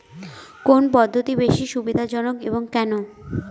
কোন পদ্ধতি বেশি সুবিধাজনক এবং কেন?